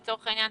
לצורך העניין,